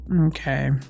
okay